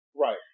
Right